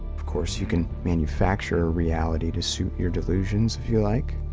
of course, you can manufacture a reality to suit your delusions if you like.